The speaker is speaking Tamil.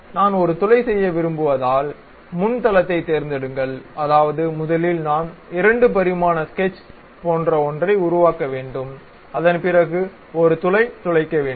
நான் ஒரு துளை செய்ய விரும்புவதால் முன் தளத்தைத் தேர்ந்தெடுங்கள் அதாவது முதலில் நான் 2 பரிமாண ஸ்கெட்ச் போன்ற ஒன்றை உருவாக்க வேண்டும் அதன் பிறகு ஒரு துளை துளைக்க வேண்டும்